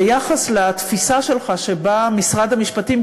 ביחס לתפיסה שלך שבה משרד המשפטים,